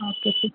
okay C